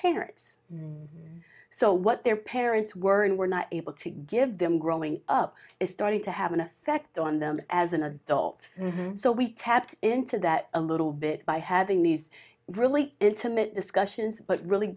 parents so what their parents were and were not able to give them growing up is starting to have an effect on them as an adult so we tapped into that a little bit by having these really intimate discussions but really